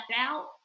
out